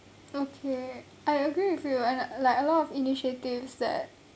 okay I agree with you and a like a lot of initiatives that